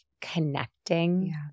connecting